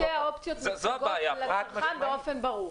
האם שתי האופציות מוצגות ללקוח באופן ברור?